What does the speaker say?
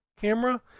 camera